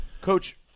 Coach